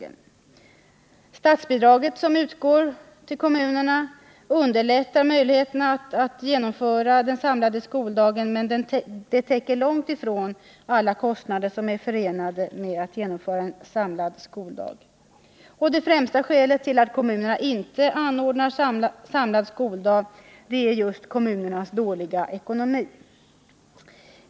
Det statsbidrag som utgår till kommunerna underlättar deras möjligheter att genomföra samlad skoldag men täcker långtifrån alla kostnader som är förenade härmed. Det främsta skälet till att kommunerna inte anordnar samlad skoldag är just deras dåliga ekonomi.